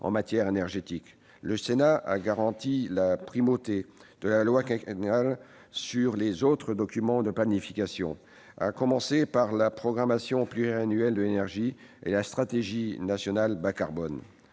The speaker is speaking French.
en matière énergétique, le Sénat a établi la primauté de la loi quinquennale sur les autres documents de planification, à commencer par la programmation pluriannuelle de l'énergie, la PPE, et la stratégie nationale bas-carbone.